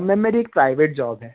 ma'am मेरी एक private job है